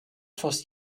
fast